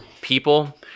people